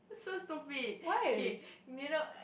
so stupid okay may not